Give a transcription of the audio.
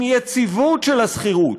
עם יציבות של השכירות,